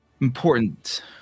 important